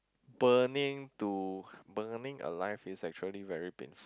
burning to burning alive is actually very painful